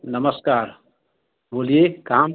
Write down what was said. नमस्कार बोलिए काम